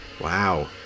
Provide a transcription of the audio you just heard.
Wow